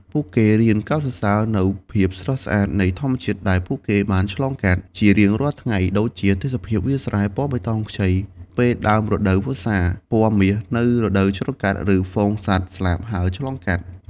ពួកគេរៀនកោតសរសើរនូវភាពស្រស់ស្អាតនៃធម្មជាតិដែលពួកគេបានឆ្លងកាត់ជារៀងរាល់ថ្ងៃ ដូចជាទេសភាពវាលស្រែពណ៌បៃតងខ្ចីពេលដើមរដូវវស្សា ពណ៌មាសនៅរដូវច្រូតកាត់ ឬហ្វូងសត្វស្លាបហើរឆ្លងកាត់។